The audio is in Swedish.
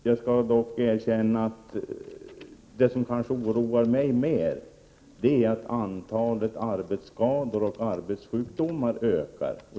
Jag skall dock erkänna att det som kanske oroar mig mer är att antalet arbetsskador och arbetssjukdomar ökar.